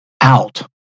out